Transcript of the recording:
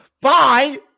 Bye